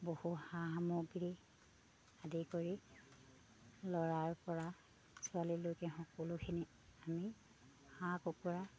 বহু সা সামগ্ৰী আদি কৰি ল'ৰাৰ পৰা ছোৱালীলৈকে সকলোখিনি আমি হাঁহ কুকুৰা